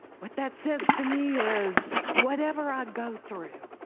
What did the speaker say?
what that says to me is whatever i go through,